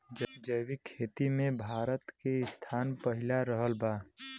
जैविक खेती मे भारत के स्थान पहिला रहल बा